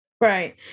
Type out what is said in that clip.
Right